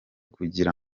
kugira